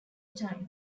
time